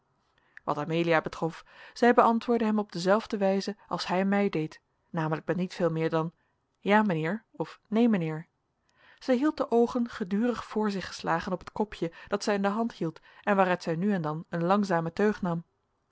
wat amelia betrof zij beantwoordde hem op dezelfde wijze als hij mij deed namelijk met niet veel meer dan ja mijnheer of neen mijnheer zij hield de oogen gedurig voor zich geslagen op het kopje dat zij in de hand hield en waaruit zij nu en dan een langzame teug nam